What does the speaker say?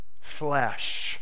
flesh